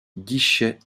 guichets